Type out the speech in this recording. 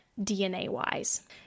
DNA-wise